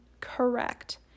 correct